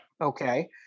Okay